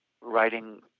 writing